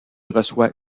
reçoit